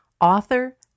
author